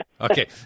Okay